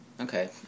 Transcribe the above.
Okay